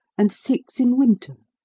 and six in winter.